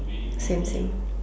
same same